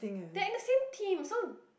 they are in the same team so